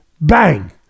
Bang